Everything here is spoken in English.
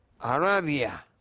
Arabia